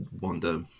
wonder